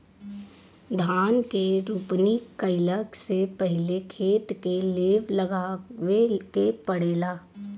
धान के रोपनी कइला से पहिले खेत के लेव लगावे के पड़ेला